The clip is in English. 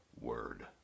word